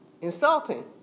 insulting